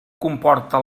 comporta